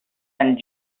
and